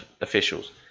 officials